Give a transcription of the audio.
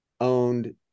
owned